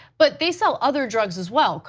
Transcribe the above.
but they sell other drugs as well.